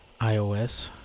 iOS